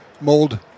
mold